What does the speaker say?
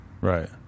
Right